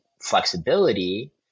flexibility